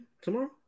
tomorrow